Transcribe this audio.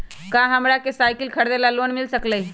का हमरा के साईकिल खरीदे ला लोन मिल सकलई ह?